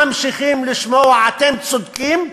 ממשיכים לשמוע "אתם צודקים",